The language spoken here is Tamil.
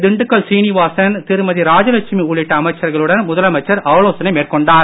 திண்டுக்கல் சீனிவாசன் திருமதி ராஜலட்சுமி உள்ளிட்ட அமைச்சர்களுடன் முதலமைச்சர் ஆலோசனை மேற்கொண்டார்